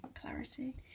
Clarity